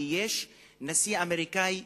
כי יש נשיא אמריקני,